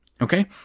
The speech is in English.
Okay